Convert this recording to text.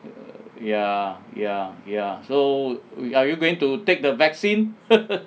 ya ya ya so we are you going to take the vaccine